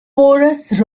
porous